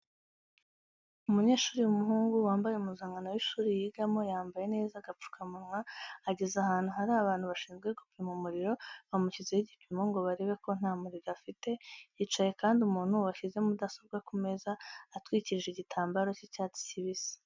Umunyeshuri w'umuhungu wambaye impuzankano y'ishuri yigamo yambaye neza agapfukamunwa,, ageze ahantu hari abantu bashinzwe gupima umuriro bamushyizeho igipimo ngo barebe ko nta muriro afite, hicaye kandi umuntu washyize mudasobwa ku meza atwikirije igitambaro cy'icyatsi kibisi.